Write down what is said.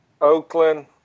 Oakland